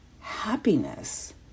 happiness